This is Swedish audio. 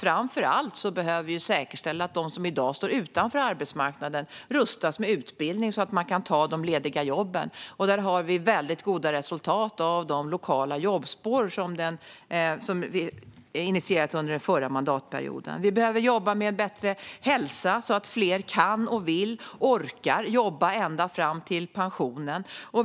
Framför allt behöver vi säkerställa att de som i dag står utanför arbetsmarknaden rustas med utbildning, så att de kan ta de lediga jobben. Där har vi mycket goda resultat av de lokala jobbspår som initierades under den förra mandatperioden. Vi behöver jobba med en bättre hälsa, så att fler kan, vill och orkar jobba ända fram till pensionen.